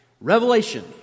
Revelation